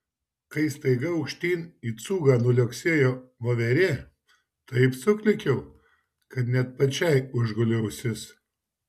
kai staiga aukštyn į cūgą nuliuoksėjo voverė taip suklykiau kad net pačiai užgulė ausis